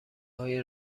های